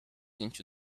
into